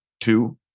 two